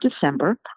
December